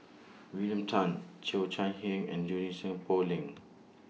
William Tan Cheo Chai Hiang and Junie Sng Poh Leng